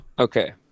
Okay